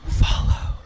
follow